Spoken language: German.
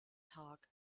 tag